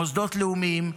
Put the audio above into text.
מוסדות לאומיים,